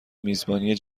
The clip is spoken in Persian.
میزبانی